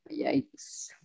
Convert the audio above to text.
Yikes